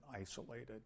isolated